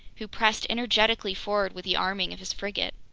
who pressed energetically forward with the arming of his frigate.